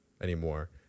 anymore